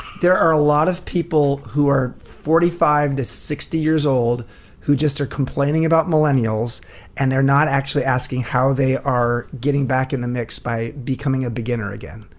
there are a lot of people who are forty five to sixty years old who just are complaining about millennials and they're not actually asking how they are getting back in the mix by becoming a beginner again.